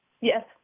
Yes